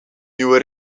nieuwe